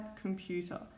computer